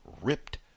ripped